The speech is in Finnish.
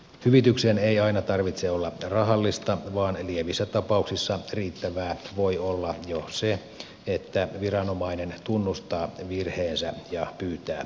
hyvityksen ei aina tarvitse olla rahallista vaan lievissä tapauksissa riittävää voi olla jo se että viranomainen tunnustaa virheensä ja pyytää anteeksi